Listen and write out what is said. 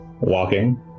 walking